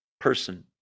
person